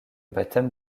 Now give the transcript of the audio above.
baptême